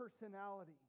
personality